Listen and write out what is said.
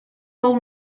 pel